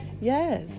Yes